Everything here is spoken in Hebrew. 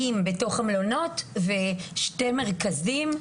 40 בתוך המלונות ושני מרכזים,